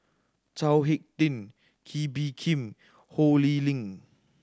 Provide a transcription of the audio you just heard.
Chao Hick Tin Kee Bee Khim Ho Lee Ling